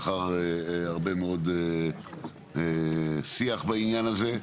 לאחר הרבה מאוד שיח בעניין הזה.